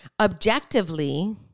objectively